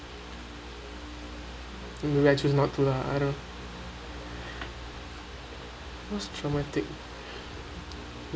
you know actually it's not too lah I don't most traumatic